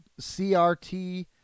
CRT